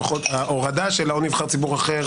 לפחות ההורדה של "או נבחר ציבור אחר",